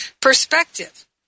perspective